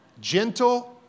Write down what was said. gentle